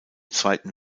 zweiten